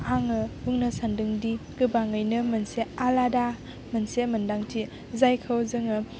आङो बुंनो सानदोंदि गोबाङैनो मोनसे आलादा मोनसे मोनदांथि जायखौ जोङो